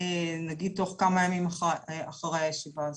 נגיד בתוך כמה ימים מהישיבה הזו.